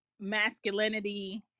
masculinity